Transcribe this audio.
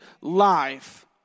life